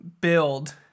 build